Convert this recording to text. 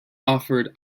offered